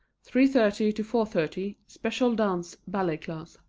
three thirty to four thirty special dance ballet class.